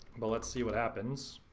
but let's see what happens.